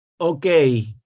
Okay